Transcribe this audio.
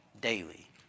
daily